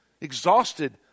Exhausted